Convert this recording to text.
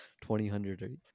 Twenty-hundred